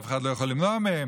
אף אחד לא יכול למנוע מהן,